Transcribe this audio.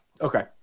Okay